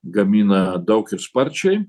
gamina daug ir sparčiai